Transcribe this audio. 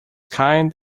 kind